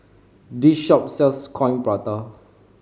this shop sells Coin Prata